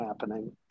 happening